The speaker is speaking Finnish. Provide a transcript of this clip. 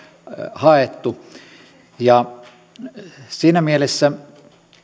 haettu siinä mielessä